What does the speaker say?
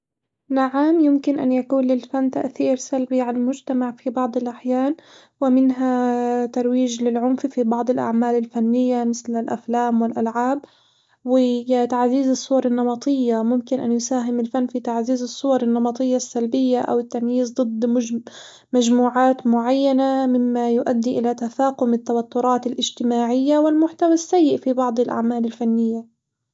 نعم، يمكن أن يكون للفن تأثير سلبي على المجتمع في بعض الأحيان ومنها ترويج للعنف في بعض الأعمال الفنية مثل الأفلام والألعاب وتعزيز الصور النمطية ممكن أن يساهم الفن في تعزيز الصور النمطية السلبية أو التمييز ضد مج- مجموعات معينة، مما يؤدي إلى تفاقم التوترات الاجتماعية والمحتوى السيء في بعض الأعمال الفنية.